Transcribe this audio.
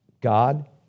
God